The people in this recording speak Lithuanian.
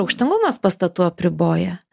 aukštingumas pastatų apriboja